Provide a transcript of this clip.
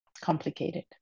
complicated